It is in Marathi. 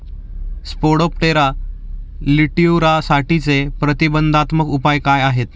स्पोडोप्टेरा लिट्युरासाठीचे प्रतिबंधात्मक उपाय काय आहेत?